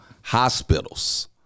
Hospitals